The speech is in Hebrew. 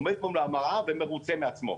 עומד מול המראה ומרוצה מעצמו?